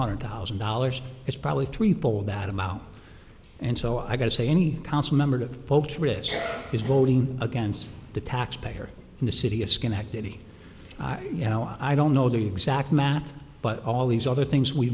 hundred thousand dollars it's probably three people that amount and so i got to say any council member of folks rich is voting against the taxpayer in the city of schenectady you know i don't know the exact math but all these other things we